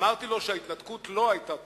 אמרתי לו שההתנתקות לא היתה טעות.